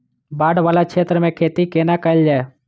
बाढ़ वला क्षेत्र मे खेती कोना कैल जाय?